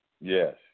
Yes